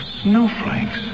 Snowflakes